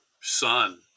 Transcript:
son